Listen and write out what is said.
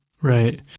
Right